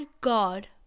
God